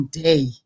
day